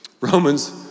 Romans